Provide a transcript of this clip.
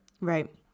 Right